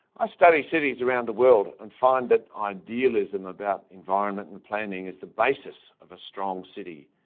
i study cities around the world and find that idealism about environment and planning is the basis of a strong city,